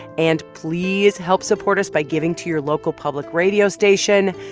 and please help support us by giving to your local public radio station.